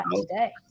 today